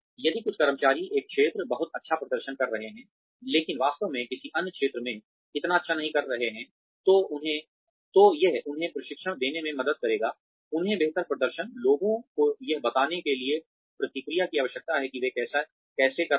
यदि कुछ कर्मचारी एक क्षेत्र बहुत अच्छा प्रदर्शन कर रहे हैं लेकिन वास्तव में किसी अन्य क्षेत्र में इतना अच्छा नहीं कर रहे हैं तो यह उन्हें प्रशिक्षण देने में मदद करेगा उन्हें बेहतर प्रदर्शन लोगों को यह बताने के लिए प्रतिक्रिया की आवश्यकता है कि वे कैसे कर रहे हैं